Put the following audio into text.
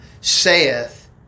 saith